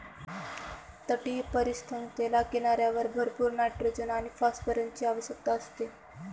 तटीय परिसंस्थेला किनाऱ्यावर भरपूर नायट्रोजन आणि फॉस्फरसची आवश्यकता असते